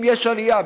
אם יש עלייה,